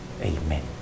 Amen